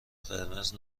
قرمز